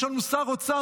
יש לנו שר אוצר,